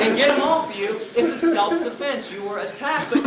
and get him off you as a self-defense. you were attacked.